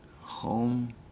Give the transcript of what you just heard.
home